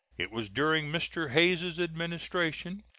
it was during mr. hayes's administration,